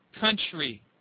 country